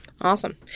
Awesome